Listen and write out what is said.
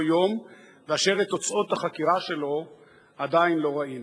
יום ואשר את תוצאות החקירה שלו עדיין לא ראינו.